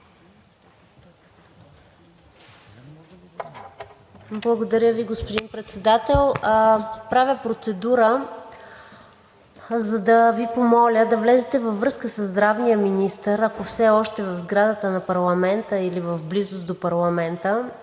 Благодаря Ви, господин Председател. Правя процедура, за да Ви помоля да влезете във връзка със здравния министър, ако все още е в сградата на парламента или в близост до парламента,